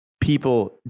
people